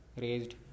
raised